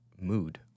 mood